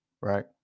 right